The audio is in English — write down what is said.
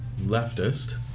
leftist